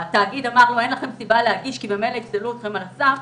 התאגיד אמר לו שאין להם סיבה להגיש כי ממילא יפסלו אותו על הסף,